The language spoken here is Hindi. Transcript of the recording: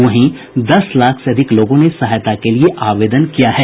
वहीं दस लाख से अधिक लोगों ने सहायता के लिए आवेदन किया है